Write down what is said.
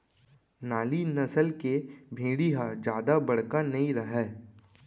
नाली नसल के भेड़ी ह जादा बड़का नइ रहय